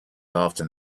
often